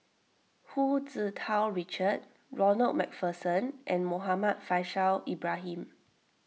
Hu Tsu Tau Richard Ronald MacPherson and Muhammad Faishal Ibrahim